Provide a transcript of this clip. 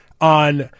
On